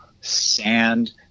sand